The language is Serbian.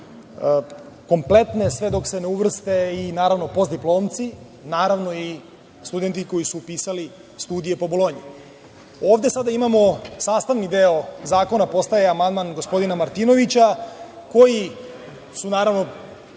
kompletne sve dok se ne uvrste i naravno postdiplomci, naravno i studenti koji su upisali studije po Bolonji. Ovde sada imamo, sastavni deo zakona, postaje amandman gospodina Martinovića koji su naravno